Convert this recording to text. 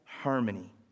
harmony